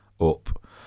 up